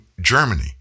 Germany